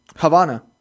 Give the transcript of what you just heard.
Havana